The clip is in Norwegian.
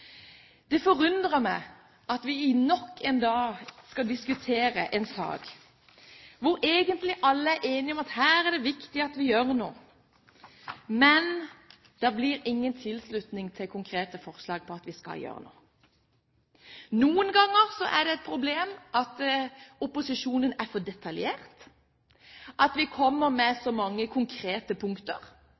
Det forundrer meg at vi nok en gang skal diskutere en sak hvor alle egentlig er enige om at her er det viktig at vi gjør noe – men det blir ingen tilslutning til konkrete forslag om å gjøre noe. Noen ganger er det et problem at opposisjonen er for detaljert, at vi kommer med så mange konkrete punkter